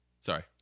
Sorry